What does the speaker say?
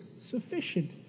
sufficient